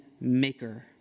maker